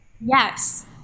Yes